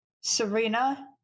Serena